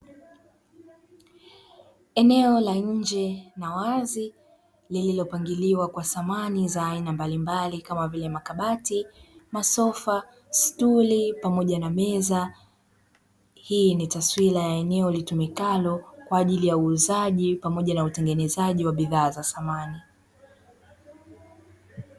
Eneo la nje na wazi lililopangiliwa kwa samani za aina mbalimbali kama vile: makabati, masofa, stuli pamoja na meza. Hii ni taswira ya eneo litumikalo kwa ajili ya uuzaji pamoja na utengenezaji wa bidhaa za samani.